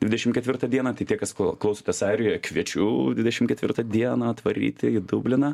dvidešim ketvirtą dieną tai tiek kas klau klausotės airijoj kviečiu dvidešim ketvirtą dieną atvaryti į dubliną